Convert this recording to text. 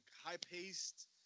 high-paced